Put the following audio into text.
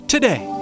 Today